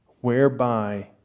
whereby